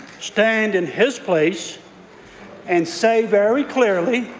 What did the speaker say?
stand in his place and say very clearly